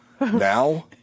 Now